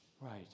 Right